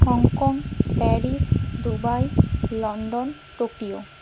Hong Kong Paris Dubai London Tokyo